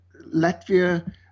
Latvia